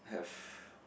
have